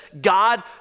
God